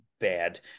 bad